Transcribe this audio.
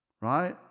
Right